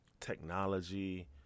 technology